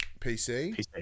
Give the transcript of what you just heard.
PC